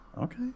Okay